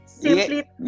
simply